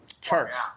charts